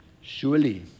Surely